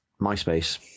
MySpace